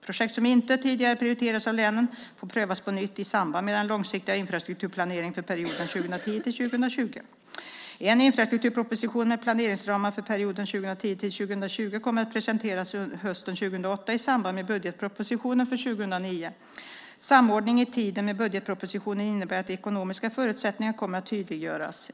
Projekt som inte tidigare prioriterats av länen får prövas på nytt i samband med den långsiktiga infrastrukturplaneringen för perioden 2010-2020. En infrastrukturproposition med planeringsramar för perioden 2010-2020 kommer att presenteras hösten 2008 i samband med budgetpropositionen för 2009. Samordningen i tiden med budgetpropositionen innebär att de ekonomiska förutsättningarna kommer att tydliggöras.